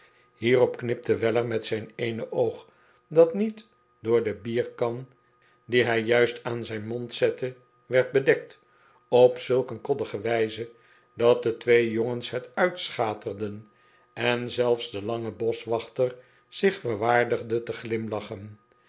hierop knipte weller met het eene oog dat niet door de bierkan die hij juist'aan zijn mond zette werd bedekt op zulk een koddige wijze dat de twee jongens het uitschaterden en zelfs de lange boschwachter zich verwaardigde te glimlachen